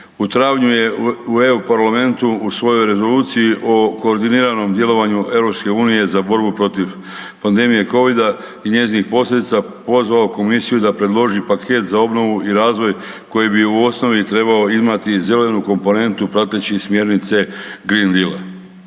U travnju je u EU Parlamentu u svojoj Rezoluciji o koordiniranom djelovanju EU za borbu protiv pandemije covida i njezinih posljedica pozvao Komisiju da predloži paket za obnovu i razvoj koji bi u osnovi trebao imati zelenu komponentu prateći smjernica Green Deal-a.